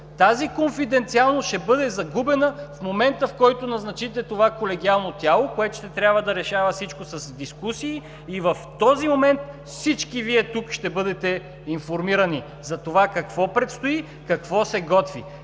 Тази конфиденциалност ще бъде загубена в момента, в който назначите това колегиално тяло, което ще трябва да решава всичко с дискусии. В този момент всички Вие, тук, ще бъдете информирани какво предстои, какво се готви